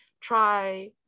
try